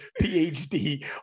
PhD